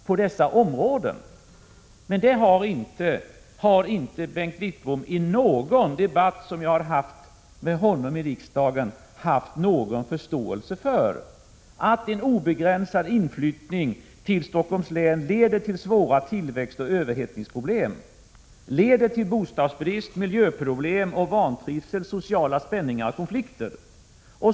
Men detta har inte Bengt Wittbom haft förståelse för i 10 november 1986 någon debatt som jag har fört med honom i riksdagen: att en obegränsad = Za om inflyttning till Stockholms län leder till svåra tillväxtoch överhettningsproblem, att den leder till bostadsbrist, miljöproblem och vantrivsel, sociala spänningar och konflikter.